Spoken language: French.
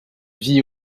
vit